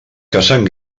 caçant